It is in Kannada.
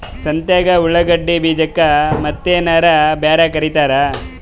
ಸಂತ್ಯಾಗ ಉಳ್ಳಾಗಡ್ಡಿ ಬೀಜಕ್ಕ ಮತ್ತೇನರ ಬ್ಯಾರೆ ಕರಿತಾರ?